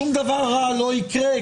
שום דבר לא יקרה,